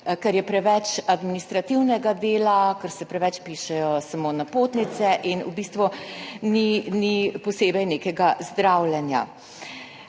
ker je preveč administrativnega dela, ker se preveč pišejo samo napotnice in v bistvu ni posebej nekega zdravljenja.